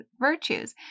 virtues